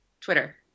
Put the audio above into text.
Twitter